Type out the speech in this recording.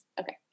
Okay